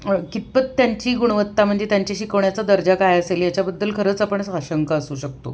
कितपत त्यांची गुणवत्ता म्हणजे त्यांच्या शिकवण्याचा दर्जा काय असेल याच्याबद्दल खरंच आपण साशंक असू शकतो